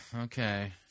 Okay